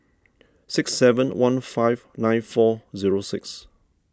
six seven one five nine four zero six